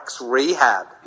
rehab